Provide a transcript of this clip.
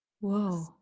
Whoa